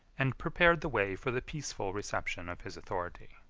and prepared the way for the peaceful reception of his authority.